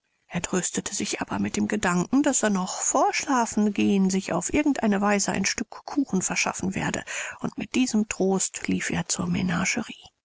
er tröstete sich aber mit dem gedanken daß er noch vor schlafengehen sich auf irgend eine weise ein stück kuchen verschaffen werde und mit diesem trost lief er zur